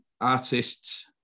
artists